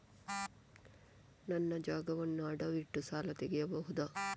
ನನ್ನ ಜಾಗವನ್ನು ಅಡವಿಟ್ಟು ಸಾಲ ತೆಗೆಯಬಹುದ?